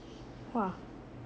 !wah!